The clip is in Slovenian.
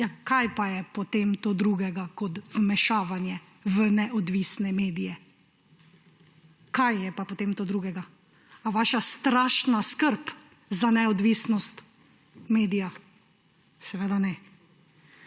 Ja, kaj pa je potem to drugega kot vmešavanje v neodvisne medije? Kaj je pa potem to drugega? A vaša strašna skrb za neodvisnost medija? Seveda ne.